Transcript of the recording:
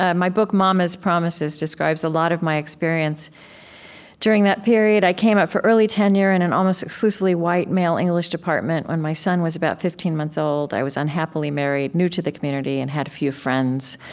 ah my book mama's promises describes a lot of my experience during that period. i came up for early tenure in an almost exclusively white, male english department when my son was about fifteen months old. i was unhappily married, new to the community, and had few friends.